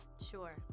Sure